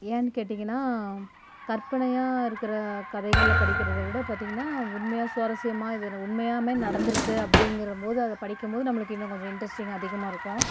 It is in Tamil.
ஏன்னு கேட்டீங்கன்னா கற்பனையா இருக்கிற கதைகளை படிக்கிறத விட பாத்தீங்கன்னா உண்மையா சுவாரஸ்யமா இதில் உண்மையாமே நடந்துருக்குது அப்படிங்கிறம்போது அதை படிக்கும்போது நம்மளுக்கு இன்னும் கொஞ்சம் இன்ட்ரெஸ்டிங் அதிகமாக இருக்கும்